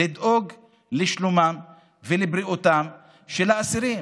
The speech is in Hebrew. לדאוג לשלומם ולבריאותם של האסירים.